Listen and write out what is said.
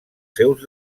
seus